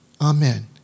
Amen